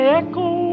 echo